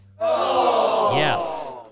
Yes